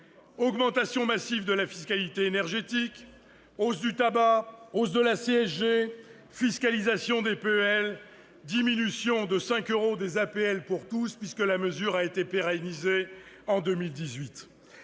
augmentation massive de la fiscalité énergétique, hausse du tabac, hausse de la CSG, fiscalisation des PEL, diminution de 5 euros des APL pour tous, la mesure ayant été pérennisée en 2018.